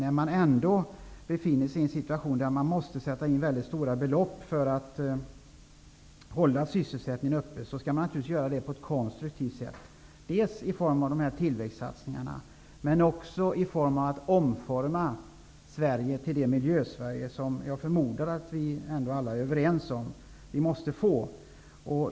När man ändå befinner sig i en situation då man måste satsa mycket stora belopp för att hålla sysselsättningen uppe, skall man naturligtvis göra det på ett konstruktivt sätt, dels i form av dessa tillväxtsatsningar, dels i form av en omformning av Sverige till det Miljösverige som jag förmodar att vi ändå alla är överens om.